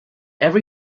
every